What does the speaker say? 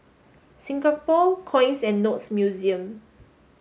Singapore Coins and Notes Museum